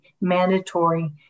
mandatory